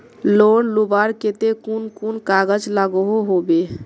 Loan लुबार केते कुन कुन कागज लागोहो होबे?